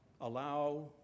allow